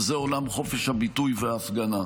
וזה עולם חופש הביטוי וההפגנה.